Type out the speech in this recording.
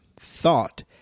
thought